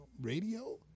radio